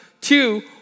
Two